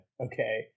Okay